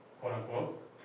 quote-unquote